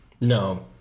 No